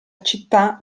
città